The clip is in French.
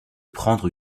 prendre